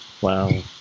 Wow